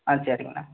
ஆ சரிங்கண்ணா